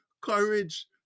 courage